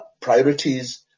priorities